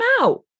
out